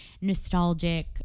nostalgic